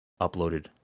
uploaded